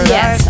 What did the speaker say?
Yes